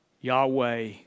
Yahweh